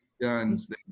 guns